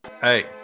Hey